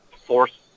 force